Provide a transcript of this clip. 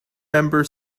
member